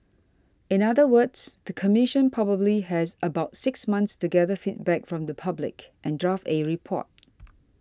in other words the Commission probably has about six months to gather feedback from the public and draft a report